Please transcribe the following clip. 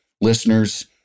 listeners